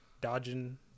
dodging